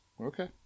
okay